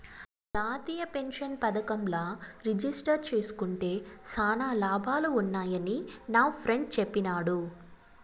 జాతీయ పెన్సన్ పదకంల రిజిస్టర్ జేస్కుంటే శానా లాభాలు వున్నాయని నాఫ్రెండ్ చెప్పిన్నాడు